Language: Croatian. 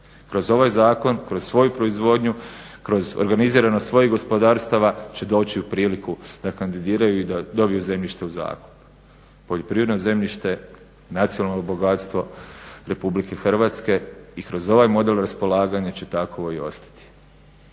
Kroz ovaj zakon, kroz svoju proizvodnju, kroz organiziranost svojih gospodarstava će doći u priliku da kandidiraju i da dobiju zemljište u zakup. Poljoprivredno zemljište je nacionalno bogatstvo Republike Hrvatske i kroz ovaj model raspolaganja će takvo i ostati.